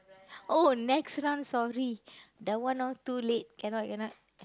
oh next round sorry that one ah too late cannot cannot